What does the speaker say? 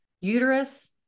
uterus